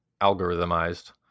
algorithmized